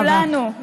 לכולנו,